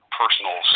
personal